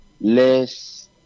less